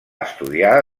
estudiar